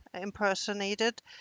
impersonated